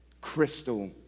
Crystal